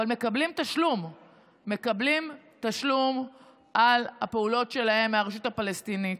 אבל מקבלים תשלום על הפעולות שלהם מהרשות הפלסטינית,